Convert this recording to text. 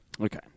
Okay